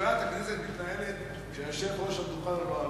ישיבת הכנסת מתנהלת כשהיושב-ראש על דוכן הנואמים,